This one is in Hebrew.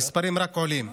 המספרים רק עולים,